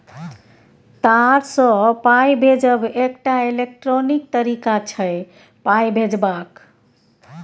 तार सँ पाइ भेजब एकटा इलेक्ट्रॉनिक तरीका छै पाइ भेजबाक